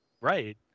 Right